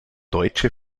deutsche